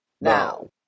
now